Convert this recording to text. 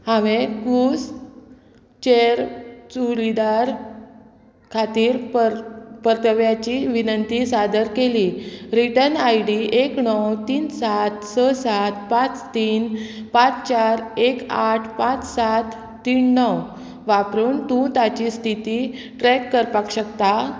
हांवें कूस चेर चुडीदार खातीर परताव्याची विनंती सादर केली रिटर्न आय डी एक णव तीन सात स सात पांच तीन पांच चार एक आठ पांच सात तीन णव वापरून तूं ताची स्थिती ट्रॅक करपाक शकता